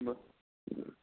બરાબર